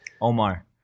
Omar